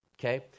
Okay